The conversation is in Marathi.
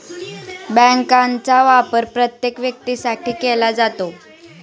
बँकांचा वापर प्रत्येक व्यक्तीसाठी केला जातो